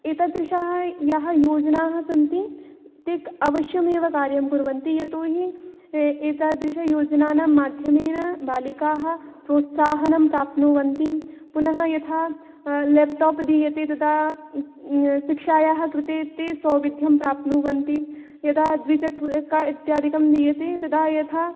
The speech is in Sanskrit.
एतादृशाः याः योजनाः सन्ति ताः अवश्यमेव कार्यं कुर्वन्ति यतोहि एतादृशयोजनानां माध्यमेन बालिकाः प्रोत्साहनं प्राप्नुवन्ति पुनः यथा लेप्टाप् दीयते तदा शिक्षायाः कृते ते सौविध्यं प्राप्नुवन्ति यदा द्विचक्रिका इत्यादिकं दीयते तदा यथा